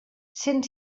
cent